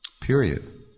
Period